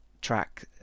track